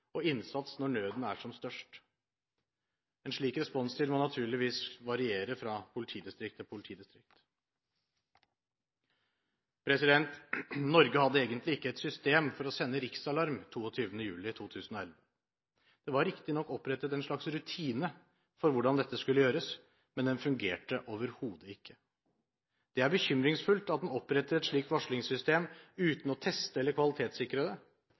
og innsats når nøden er som størst. En slik responstid må naturligvis variere fra politidistrikt til politidistrikt. Norge hadde egentlig ikke et system for å sende riksalarm 22. juli 2011. Det var riktignok opprettet en slags rutine for hvordan dette skulle gjøres, men den fungerte overhodet ikke. Det er bekymringsfullt at en oppretter et slikt varslingssystem uten å teste eller kvalitetssikre det.